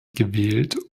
gewählt